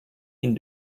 ihn